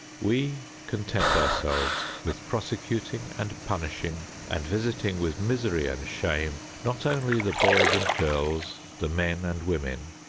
we content ourselves with prosecuting and punishing and visiting with misery and shame, not only the boys and girls, the men and women,